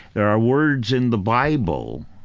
there are words in the bible,